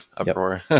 uproar